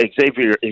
Xavier